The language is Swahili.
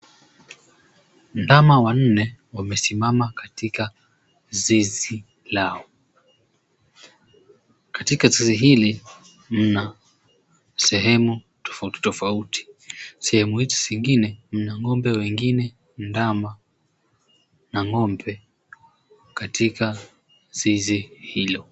Ndama wanne wamesimama katika zizi lao. Katika zizi hili mna sehemu tofauti tofauti. Sehemu hizi zingine mna ng'ombe wengine, ndama na ng'ombe katika zizi hilo.